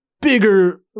bigger